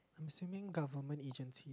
I am assuming government agency